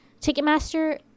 Ticketmaster